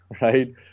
right